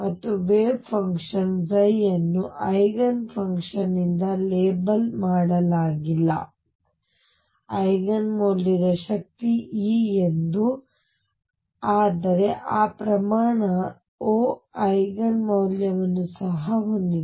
ಮತ್ತು wave function ಅನ್ನು eigen function ನಿಂದ ಲೇಬಲ್ ಮಾಡಲಾಗಿಲ್ಲ ಐಗನ್ ಮೌಲ್ಯದ ಶಕ್ತಿ E ಎಂದು ಆದರೆ ಆ ಪ್ರಮಾಣದ O ಐಗನ್ ಮೌಲ್ಯವನ್ನು ಸಹ ಹೊಂದಿದೆ